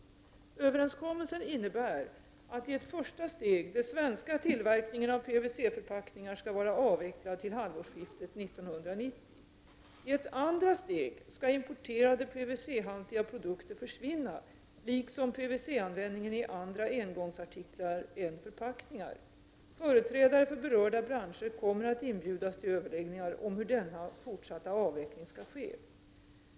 Överenskommelsen innebär att, i ett första steg, den svenska tillverkningen av PVC-förpackningar skall vara avvecklad till halvårsskiftet 1990. I ett andra steg skall importerade PVC-haltiga produkter försvinna, liksom PVC-användningen i andra engångsartiklar än förpackningar. Företrädare för berörda branscher kommer att inbjudas till överläggningar om hur denna fortsatta avveckling skall ske.